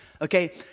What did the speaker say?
okay